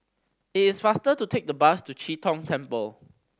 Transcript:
it is faster to take the bus to Chee Tong Temple